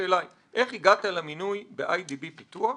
השאלה: "איך הגעת למינוי באי די בי פיתוח"?